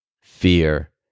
fear